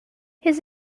his